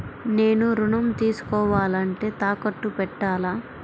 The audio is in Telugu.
నేను ఋణం తీసుకోవాలంటే తాకట్టు పెట్టాలా?